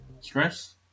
stress